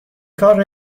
کار